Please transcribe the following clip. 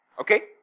Okay